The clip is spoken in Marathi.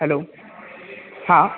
हॅलो हां